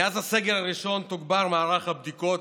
מאז הסגר הראשון תוגבר מערך הבדיקות,